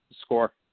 score